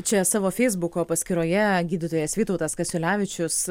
čia savo feisbuko paskyroje gydytojas vytautas kasiulevičius